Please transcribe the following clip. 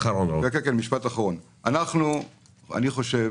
אני חושב